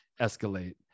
escalate